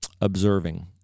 observing